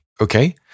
Okay